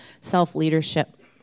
self-leadership